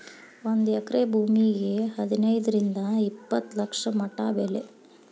ಒಂದ ಎಕರೆ ಭೂಮಿಗೆ ಹದನೈದರಿಂದ ಇಪ್ಪತ್ತ ಲಕ್ಷ ಮಟಾ ಬೆಲೆ